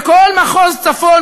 בכל מחוז צפון,